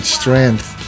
strength